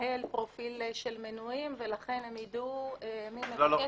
לנהל פרופיל של מנויים ולכן הן ידעו מי מבקש.